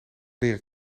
leren